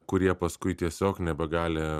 kurie paskui tiesiog nebegali